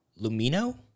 Lumino